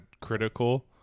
critical